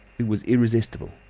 it was irresistible.